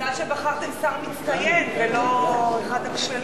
מזל שבחרתם שר מצטיין ולא אחד הכשלים.